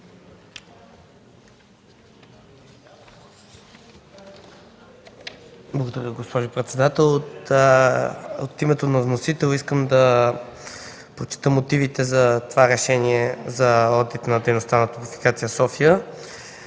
Благодаря, госпожо председател. От името на вносителя искам да прочета мотивите за решението за одита на дейността на „Топлофикация София”.